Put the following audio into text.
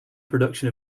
production